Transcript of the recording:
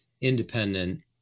independent